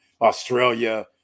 Australia